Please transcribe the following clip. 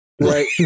right